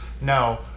no